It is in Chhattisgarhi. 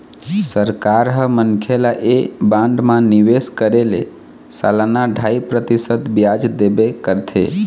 सरकार ह मनखे ल ऐ बांड म निवेश करे ले सलाना ढ़ाई परतिसत बियाज देबे करथे